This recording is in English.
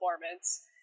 performance